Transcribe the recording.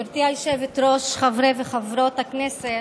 גברתי היושבת-ראש, חברי וחברות הכנסת,